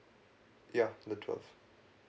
ya the twelve